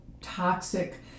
toxic